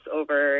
over